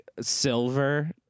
silver